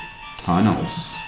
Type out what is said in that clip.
tunnels